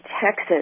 Texas